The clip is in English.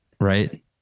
right